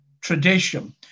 tradition